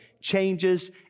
changes